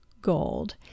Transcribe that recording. Gold